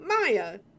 Maya